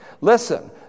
Listen